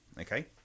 okay